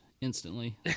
instantly